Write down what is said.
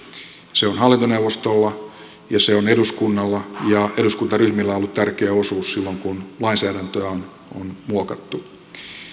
se on hallintoneuvostolla ja se on eduskunnalla ja eduskuntaryhmillä on ollut tärkeä osuus silloin kun lainsäädäntöä on on muokattu